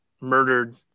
murdered